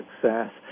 success